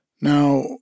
Now